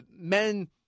men